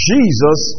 Jesus